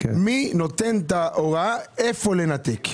מי נותן את ההוראה איפה לנתק.